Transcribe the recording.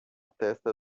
testa